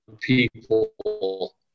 people